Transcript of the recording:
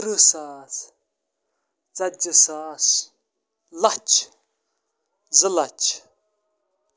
تٕرٛہ ساس ژَتجی ساس لَچھ زٕ لَچھ